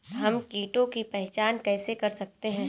हम कीटों की पहचान कैसे कर सकते हैं?